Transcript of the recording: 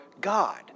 God